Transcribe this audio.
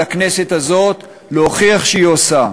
לכנסת הזאת, להוכיח שהיא עושה.